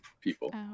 people